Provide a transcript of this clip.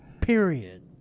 Period